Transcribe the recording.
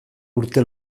urte